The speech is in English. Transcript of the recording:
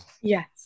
Yes